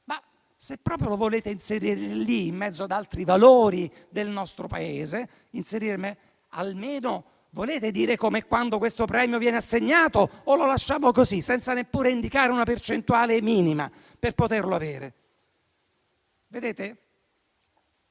Se proprio lo volete inserire lì, in mezzo ad altri valori del nostro Paese, volete dire almeno come e quando questo premio viene assegnato o lo lasciamo così, senza neppure indicare una percentuale minima per poterlo avere? Il